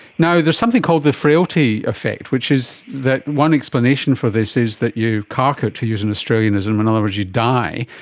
now, there's something called the frailty effect which is that one explanation for this is you cark it, to use an australianism, in other words you die,